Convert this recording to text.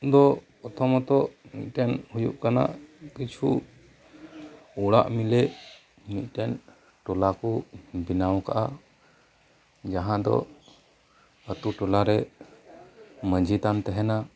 ᱫᱚ ᱠᱚᱛᱷᱟ ᱢᱚᱛᱚ ᱢᱤᱫ ᱴᱮᱱ ᱦᱳᱭᱳᱜ ᱠᱟᱱᱟ ᱠᱤᱪᱷᱩ ᱚᱲᱟᱜ ᱢᱤᱞᱮ ᱢᱤᱫ ᱴᱮᱱ ᱴᱚᱞᱟᱠᱚ ᱵᱮᱱᱟᱣ ᱟᱠᱟᱫᱟ ᱡᱟᱦᱟᱸ ᱫᱚ ᱟᱛᱳ ᱴᱚᱞᱟᱨᱮ ᱢᱟᱺᱡᱷᱤᱛᱷᱟᱱ ᱛᱟᱦᱮᱱᱟ